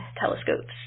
telescopes